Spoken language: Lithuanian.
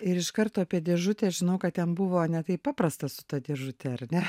ir iš karto apie dėžutę aš žinau kad ten buvo ne taip paprasta su ta dėžute ar ne